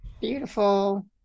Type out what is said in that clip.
beautiful